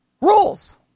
Rules